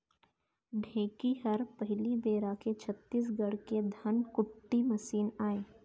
ढेंकी हर पहिली बेरा के छत्तीसगढ़ के धनकुट्टी मसीन आय